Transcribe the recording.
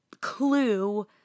clue